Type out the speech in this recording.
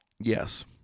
Yes